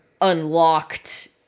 unlocked